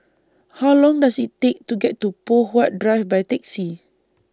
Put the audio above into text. How Long Does IT Take to get to Poh Huat Drive By Taxi